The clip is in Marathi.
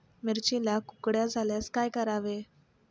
मिरचीला कुकड्या झाल्यास काय करावे?